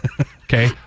Okay